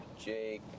Jake